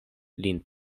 lin